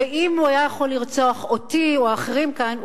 ואם הוא היה יכול לרצוח אותי או האחרים כאן,